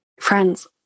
friends